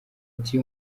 ati